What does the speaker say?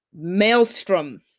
maelstrom